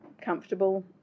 comfortable